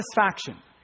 satisfaction